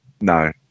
No